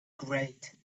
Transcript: great